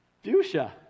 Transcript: fuchsia